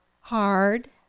hard